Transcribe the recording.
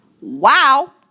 Wow